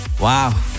Wow